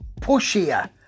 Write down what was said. pushier